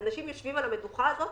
אנשים יושבים על המדוכה הזאת